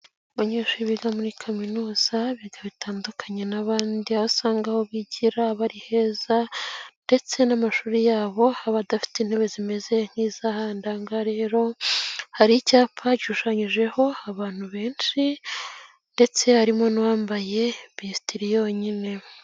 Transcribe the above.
Abanyeshuri biga muri kaminuza biga bitandukanye n'abandi, usanga aho bigira bari heza ndetse n'amashuri yabo abadafite intebe zimeze nk'izahandi, ahangaha rero hari icyapa gishushanyijeho abantu benshi ndetse harimo n'uwambaye besiteri yonyine.